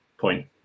point